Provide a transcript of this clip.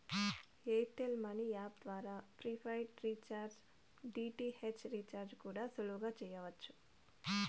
air tell money app ద్వారా prepaid recharge, DTH recharge కూడా సులువుగా చెయ్యచ్చు